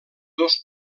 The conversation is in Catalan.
dos